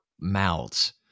mouths